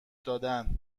دادن